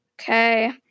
Okay